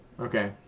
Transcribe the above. Okay